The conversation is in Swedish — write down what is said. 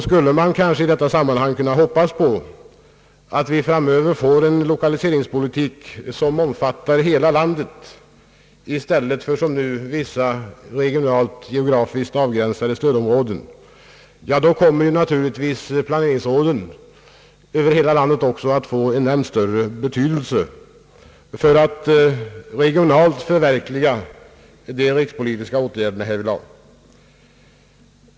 Skulle man kanske i detta sammanhang kunna hoppas på att vi framöver får en lokaliseringspolitik som omfattar hela landet i stället för som nu vissa regionalt och geografiskt avgränsade stödområden, så kommer naturligtvis planeringsråden över hela landet också att få allt större betydelse för att regionalt förverkliga de rikspolitiska åtgärderna härvidlag.